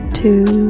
two